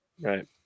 right